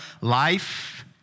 life